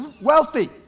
wealthy